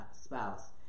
spouse